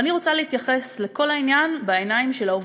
ואני רוצה להתייחס לכל העניין בעיניים של העובדים,